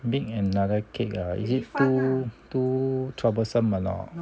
make another cake ah is it too too troublesome or not